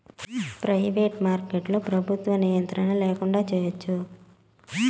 private మార్కెట్లో ప్రభుత్వ నియంత్రణ ల్యాకుండా చేయచ్చు